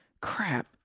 Crap